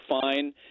fine